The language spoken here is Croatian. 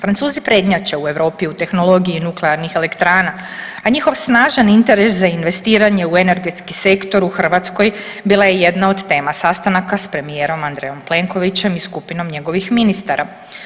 Francuzi prednjače u Europi u tehnologiji nuklearnih elektrana, a njihov snažan interes za investiranje u energetski sektor u Hrvatskoj bila je jedna od tema sastanaka sa premijerom Andrejom Plenkovićem i skupinom njegovih ministara.